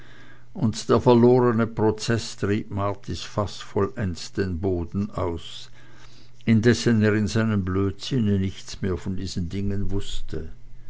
und der verlorene prozeß trieb martis faß vollends den boden aus indessen er in seinem blödsinne nichts mehr von diesen dingen wußte